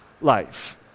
life